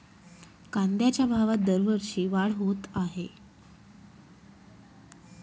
कांद्याच्या भावात दरवर्षी वाढ होत आहे